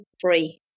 free